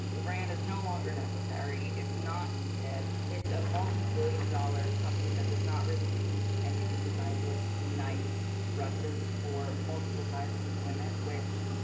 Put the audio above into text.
the brand is no longer necessary it's not needed. it's a multi-billion dollar company that does not really produced anything besides like nice dresses for multiple sizes of women, which,